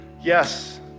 Yes